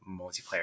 multiplayer